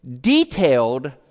detailed